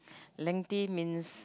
lengthy means